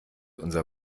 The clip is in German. unser